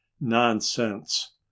nonsense